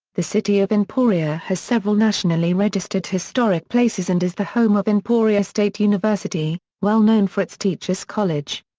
the city of emporia has several nationally registered historic places and is the home of emporia state university, well known for its teachers college.